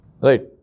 Right